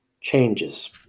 changes